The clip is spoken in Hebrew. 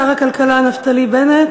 ישיב שר הכלכלה נפתלי בנט,